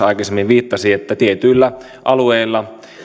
aikaisemmin viittasi että tietyillä alueilla